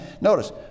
Notice